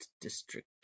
district